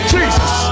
Jesus